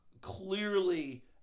clearly